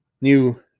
new